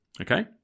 okay